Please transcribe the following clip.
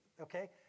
okay